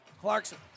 Clarkson